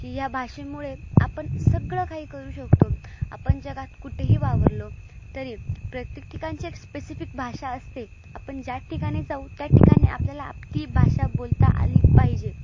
की या भाषेमुळे आपण सगळं काही करू शकतो आपण जगात कुठेही वावरलो तरी प्रत्येक ठिकाणची एक स्पेसिफिक भाषा असते आपण ज्या ठिकाणी जाऊ त्या ठिकाणी आपल्याला ती भाषा बोलता आली पाहिजे